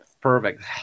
Perfect